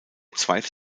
zweite